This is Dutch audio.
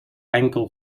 enkel